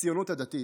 לציונות הדתית,